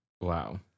Wow